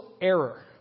error